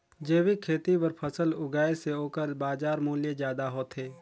जैविक खेती बर फसल उगाए से ओकर बाजार मूल्य ज्यादा होथे